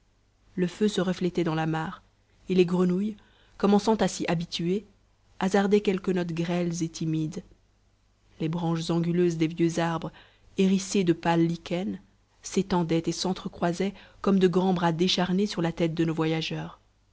le feu se reflétait dans la mare et les grenouilles commençant à s'y habituer hasardaient quelques notes grêles et timides les branches anguleuses des vieux arbres hérissées de pâles lichens s'étendaient et s'entre-croisaient comme de grands bras décharnés sur la tête de nos voyageurs